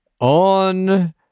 on